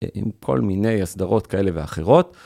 עם כל מיני הסדרות כאלה ואחרות.